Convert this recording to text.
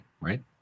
right